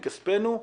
מכספנו,